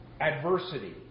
adversity